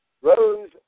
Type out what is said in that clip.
rose